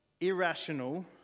irrational